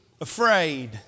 afraid